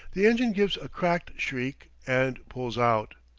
the engine gives a cracked shriek and pulls out.